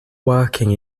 working